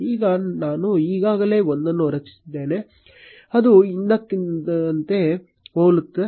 ಈಗ ನಾನು ಈಗಾಗಲೇ ಒಂದನ್ನು ರಚಿಸಿದ್ದೇನೆ ಅದು ಹಿಂದಿನದಕ್ಕೆ ಹೋಲುತ್ತದೆ